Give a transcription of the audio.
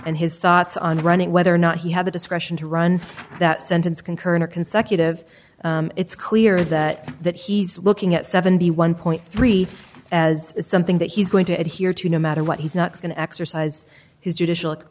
and his thoughts on running whether or not he had the discretion to run that sentence concurrent or consecutive it's clear that that he's looking at seventy one dollars as something that he's going to adhere to no matter what he's not going to exercise his judicial